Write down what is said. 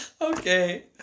Okay